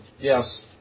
Yes